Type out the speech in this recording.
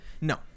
No